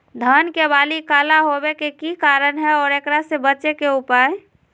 धान के बाली काला होवे के की कारण है और एकरा से बचे के उपाय?